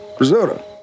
risotto